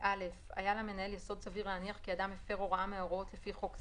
(א) היה למנהל יסוד סביר להניח כי אדם הפר הוראה מההוראות לפי חוק זה,